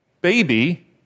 baby